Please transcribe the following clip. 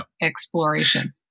exploration